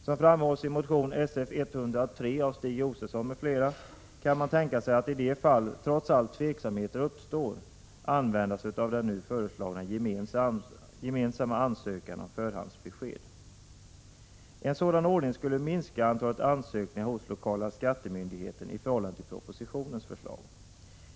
Som framhålls i motion Sf103 av Stig Josefson m.fl. kan man tänka sig att i de fall tveksamheter trots allt uppstår använda sig av den nu föreslagna gemensamma ansökan om förhandsbesked. En sådan ordning skulle minska antalet ansökningar hos lokala skattemyndigheten i förhållande till propositionens förslag.